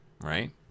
Right